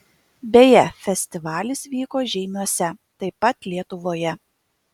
beje festivalis vyko žeimiuose taip taip lietuvoje